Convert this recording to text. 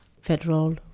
federal